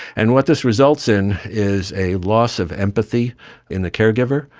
and what this results in is a loss of empathy in the caregiver,